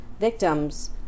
victims